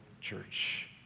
Church